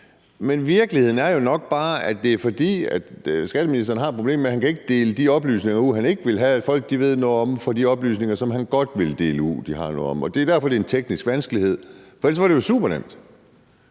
Men virkeligheden er jo nok bare, at skatteministeren har et problem med, at han ikke kan bytte de oplysninger ud, han ikke vil have folk ved noget om, med de oplysninger, som han godt vil have de har noget om. Det er derfor, det er en teknisk vanskelighed, for ellers var det jo supernemt.